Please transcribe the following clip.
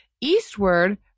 Eastward